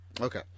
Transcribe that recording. Okay